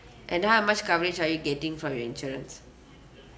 and how much coverage are you getting from your insurance